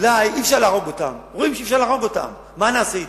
אולי אי-אפשר להרוג אותם, אז מה נעשה אתם?